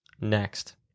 next